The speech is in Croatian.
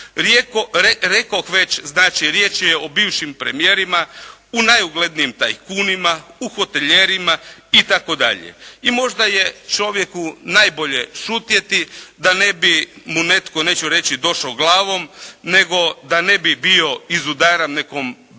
Rekoh već, znači riječ je o bivšim premijerima, o najuglednijim tajkunima, u hotelijerima itd. I možda je čovjeku najbolje šutjeti da ne bi mu netko, neću reći došao glavom, nego da ne bi bio izudaran nekom baseball